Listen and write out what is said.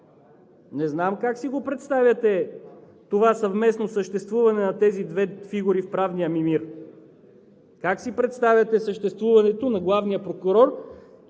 Не знам как си представяте това съвместно съществуване на тези две фигури в правния ни мир? Как си представяте съществуването на главния прокурор